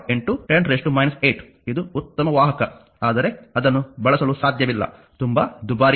45 10 8 ಇದು ಉತ್ತಮ ವಾಹಕ ಆದರೆ ಅದನ್ನು ಬಳಸಲು ಸಾಧ್ಯವಿಲ್ಲ ತುಂಬಾ ದುಬಾರಿಯಾಗಿದೆ